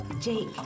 jake